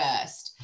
first